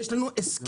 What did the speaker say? יש לנו הסכמים,